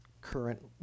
current